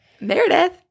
Meredith